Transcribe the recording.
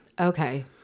Okay